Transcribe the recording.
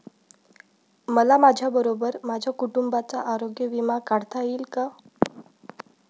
मला माझ्याबरोबर माझ्या कुटुंबाचा आरोग्य विमा काढता येईल का?